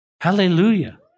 Hallelujah